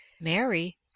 mary